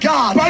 God